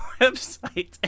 website